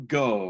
go